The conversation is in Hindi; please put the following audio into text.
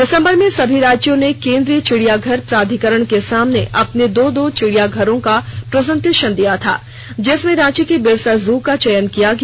दिसंबर में सभी राज्यों ने केंद्रीय चिड़ियाघर प्राधिकरण के सामने अपने दो दो चिड़ियाघरों का प्रजेंटेशन दिया था जिसमें रांची के बिरसा जू का चयन किया गया